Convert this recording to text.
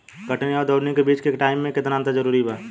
कटनी आउर दऊनी के बीच के टाइम मे केतना अंतर जरूरी बा?